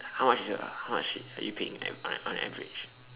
how much is your how much are you paying on on average